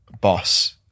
boss